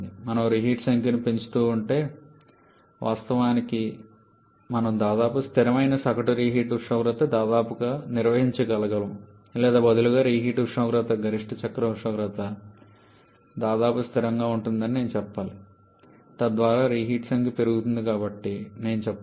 మనము రీహీట్ సంఖ్యను పెంచుతూ ఉంటే వాస్తవానికి మనం దాదాపు స్థిరమైన సగటు రీహీట్ ఉష్ణోగ్రతను దాదాపుగా నిర్వహించగలము లేదా బదులుగా రీహీట్ ఉష్ణోగ్రత గరిష్ట చక్ర ఉష్ణోగ్రతకు దాదాపు స్థిరంగా ఉంటుందని నేను చెప్పాలి తద్వారా రీహీట్ సంఖ్య పెరుగుతుంది కాబట్టి నేను చెప్పాలి